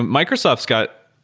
microsoft's got,